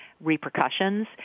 repercussions